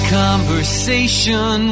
conversation